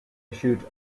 issued